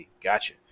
gotcha